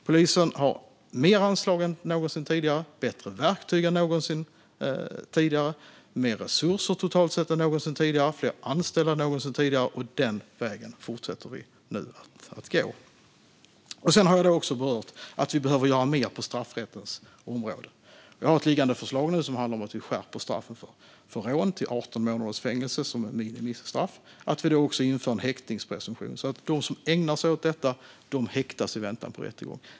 Polisen har mer anslag än någonsin tidigare, bättre verktyg än någonsin tidigare, mer resurser totalt sett än någonsin tidigare och fler anställda än någonsin tidigare, och den vägen fortsätter vi nu att gå. Sedan har jag också berört att vi behöver göra mer på straffrättens område. Vi har ett liggande förslag nu som handlar om att vi skärper straffen för rån till 18 månaders fängelse som ett minimistraff och att vi då också inför en häktningspresumtion så att de som ägnar sig åt detta häktas i väntan på rättegång.